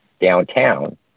downtown